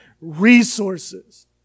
resources